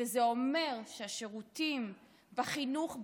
וזה אומר שהשירותים בחינוך,